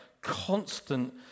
constant